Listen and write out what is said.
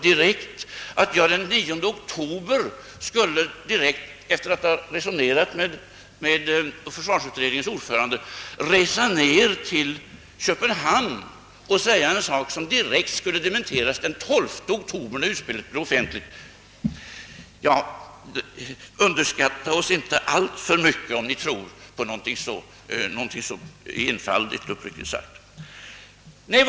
Efter att ha resonerat med försvarsutredningens ordförande skulle jag alltså den 9 oktober ha rest ned till Köpenhamn och sagt en sak, som direkt skulle dementeras den 12 oktober när utspelet kom. Tror ni på någonting så — uppriktigt sagt — enfaldigt, underskattar ni oss!